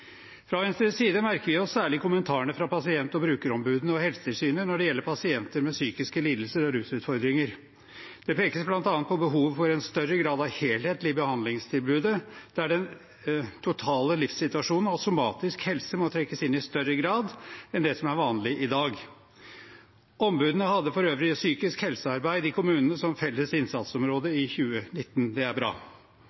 Fra Venstres side merker vi oss særlig kommentarene fra pasient- og brukerombudene og Helsetilsynet når det gjelder pasienter med psykiske lidelser og rusutfordringer. Det pekes bl.a. på behovet for en større grad av helhet i behandlingstilbudet, der den totale livssituasjonen og somatisk helse må trekkes inn i større grad enn det som er vanlig i dag. Ombudene hadde for øvrig psykisk helsearbeid i kommunene som felles innsatsområde